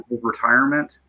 Retirement